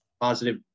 positive